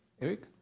Eric